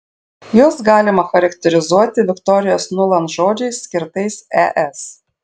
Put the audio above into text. juos galima charakterizuoti viktorijos nuland žodžiais skirtais es